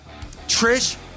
trish